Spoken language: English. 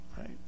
right